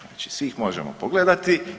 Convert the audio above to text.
Znači svi ih možemo pogledati.